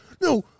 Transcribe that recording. No